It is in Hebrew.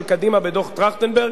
של קדימה בדוח-טרכטנברג,